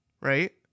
right